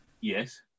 Yes